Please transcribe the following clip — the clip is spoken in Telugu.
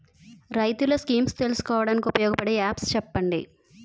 రైతులు స్కీమ్స్ తెలుసుకోవడానికి ఉపయోగపడే యాప్స్ చెప్పండి?